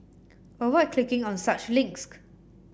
avoid clicking on such